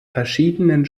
verschiedenen